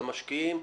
למשקיעים.